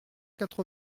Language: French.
quatre